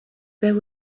there